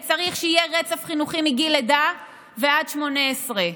כי צריך שיהיה רצף חינוכי מגיל לידה ועד גיל 18,